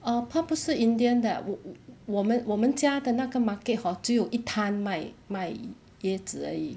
err 他不是 indian 的我们我们家的那个 market hor 只有一摊卖卖椰子而已